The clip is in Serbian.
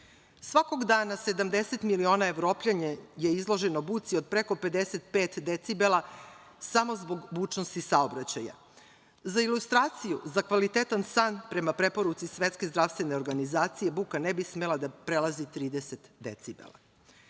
Svakog dana 70 miliona Evropljana je izloženo buci od preko 55 decibela samo zbog bučnosti saobraćaja. Za ilustraciju, za kvalitetan san, prema preporuci Svetske zdravstvene organizacije, buka ne bi smela da prelazi 30 decibela. Da